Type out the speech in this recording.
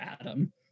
Adam